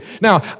Now